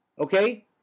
Okay